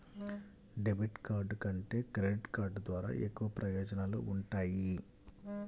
debit card కంటే credit card ద్వారా ఎక్కువ ప్రయోజనాలు వుంటయ్యి